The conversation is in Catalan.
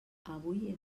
avui